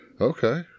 Okay